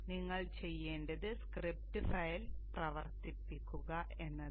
നിങ്ങൾ ചെയ്യേണ്ടത് script file പ്രവർത്തിപ്പിക്കുക എന്നതാണ്